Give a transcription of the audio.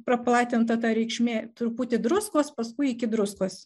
praplatinta ta reikšmė truputį druskos paskui iki druskos